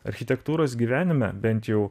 architektūros gyvenime bent jau